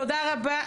תודה רבה.